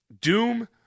Doom